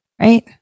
right